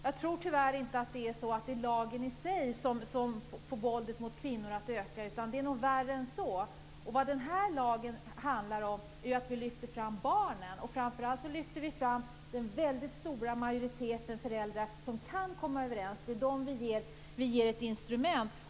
Jag tror inte att det är lagen i sig som får våldet mot kvinnor att öka, utan det är nog värre än så. Vad den här lagen handlar om är ju att vi lyfter fram barnen, och framför allt lyfter vi fram den väldigt stora majoriteten föräldrar som kan komma överens. Det är dem vi ger ett instrument.